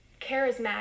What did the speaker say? charismatic